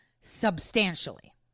substantially